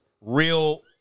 real